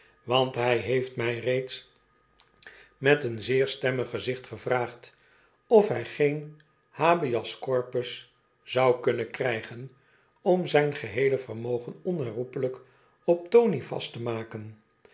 want hy heeft my reeds met een zeer stemmig gezicht gevraagd of hg geen habeas corpus zou kunnen krijgen om zijn geheele vermogen onherroepelyk op tony vast te maken